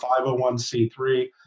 501c3